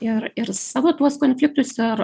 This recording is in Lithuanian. ir ir savo tuos konfliktus ir